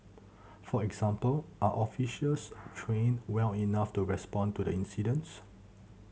for example are officers trained well enough to respond to the incidents